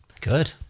Good